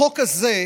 החוק הזה,